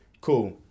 Cool